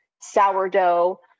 sourdough